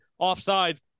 offsides